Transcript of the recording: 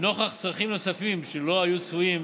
ונוכח צרכים נוספים שלא היו צפויים